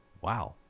Wow